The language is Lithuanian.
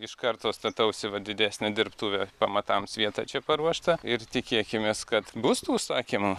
iš karto statausi va didesnę dirbtuvę pamatams vieta čia paruošta ir tikėkimės kad bus tų užsakymų